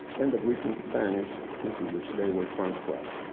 and the written spanish into which they were transcribed.